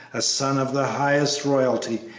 a son of the highest royalty,